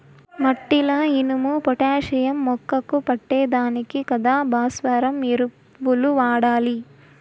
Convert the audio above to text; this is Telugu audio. మట్టిల ఇనుము, పొటాషియం మొక్కకు పట్టే దానికి కదా భాస్వరం ఎరువులు వాడాలి